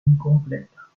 incompleta